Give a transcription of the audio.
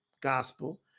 gospel